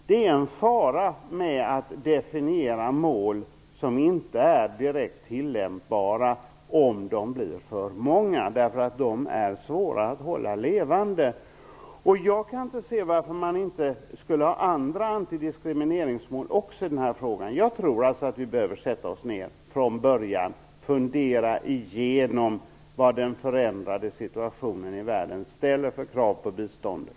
Det är en fara om för många mål - som inte är direkt tillämpbara - definieras, eftersom de är svåra att hålla levande. Jag kan inte förstå varför det inte också skulle finnas andra antidiskrimineringsmål när det gäller den här frågan. Jag tror att vi behöver sätta oss ner och från början fundera igenom vad den förändrade situationen i världen ställer för krav på biståndet.